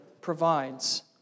provides